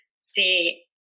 see